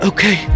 Okay